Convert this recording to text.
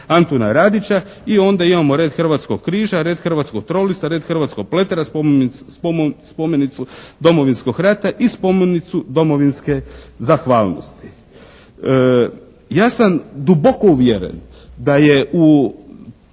Antuna Radića. I onda imamo Red hrvatskog križa, Red hrvatskog trolista, Red hrvatskog pletera, spomenicu Domovinskog rata i spomenicu Domovinske zahvalnosti. Ja sam duboko uvjeren da je u